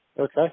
Okay